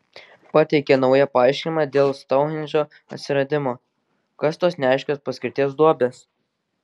pateikė naują paaiškinimą dėl stounhendžo atsiradimo kas tos neaiškios paskirties duobės